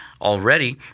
already